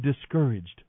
discouraged